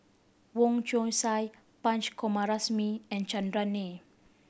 Wong Chong Sai Punch Coomaraswamy and Chandran Nair